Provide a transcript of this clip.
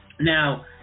Now